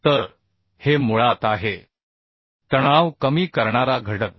तर हे मुळात आहे तणाव कमी करणारा घटक